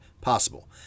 possible